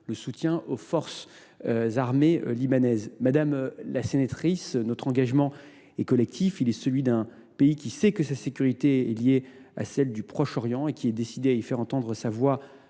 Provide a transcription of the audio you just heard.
le soutien aux forces armées libanaises. Madame la sénatrice, notre engagement est collectif. Il est celui d’un pays qui sait combien sa sécurité est liée à celle du Proche Orient et qui est décidé à y faire entendre sa voix